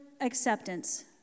acceptance